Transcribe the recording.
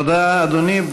תודה, אדוני.